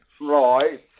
Right